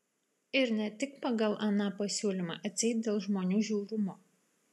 ir ne tik pagal aną pasiūlymą atseit dėl žmonių žiaurumo